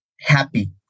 happy